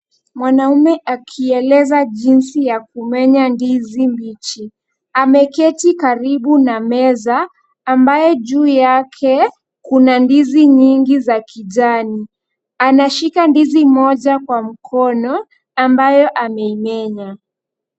Mwanaume akieleza jinsi ya kumenya ndizi mbichi. Ameketi karbu na meza ambaye juu yake kuna ndizi nyingi za kijani. Anashika ndizi moja kwa mkono ambayo ameimenya.